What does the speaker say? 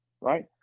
right